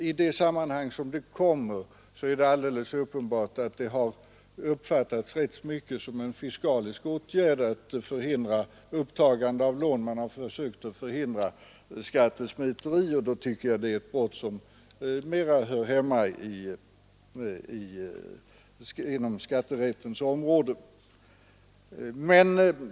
I det sammanhang där detta kommer är det klart att det i stor utsträckning har uppfattats som en fiskalisk åtgärd för att förhindra upptagande av lån — man har försökt hindra skattesmitning — och då tycker jag att det gäller ett brott som mera hör hemma inom skatterätten.